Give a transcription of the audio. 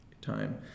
time